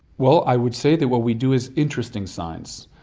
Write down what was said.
well, i would say that what we do is interesting science.